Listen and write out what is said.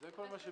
זה מה שביקשנו.